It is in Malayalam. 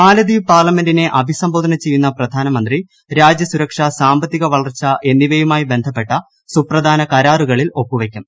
മാലദ്ധീപ് പാർലമെന്റിനെ അഭിസംബോധന ചെയ്യുന്ന പ്രധാനമന്ത്രി രാജ്യ സുരക്ഷ സാമ്പത്തിക വളർച്ച എന്നിവയുമായി ബന്ധപ്പെട്ട സുപ്രധാന കരാറുകളിൽ ഒപ്പുവയ്ക്കും